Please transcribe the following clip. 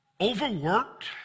overworked